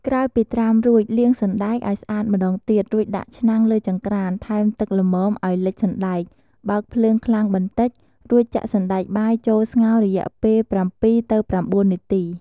ក្រោយពីត្រាំរួច លាងសណ្ដែកឱ្យស្អាតម្តងទៀត រួចដាក់ឆ្នាំងលើចង្ក្រាន ថែមទឹកល្មមឱ្យលិចសណ្ដែក បើកភ្លើងខ្លាំងបន្តិច រួចចាក់សណ្ដែកបាយចូលស្ងោររយៈពេល ៧ ទៅ ៩ នាទី។